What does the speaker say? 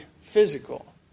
physical